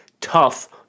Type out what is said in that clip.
tough